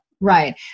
Right